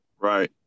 Right